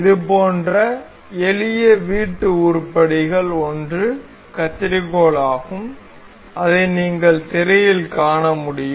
இதுபோன்ற எளிய வீட்டு உருப்படிகளில் ஒன்று கத்தரிக்கோல் ஆகும் அதை நீங்கள் திரையில் காண முடியும்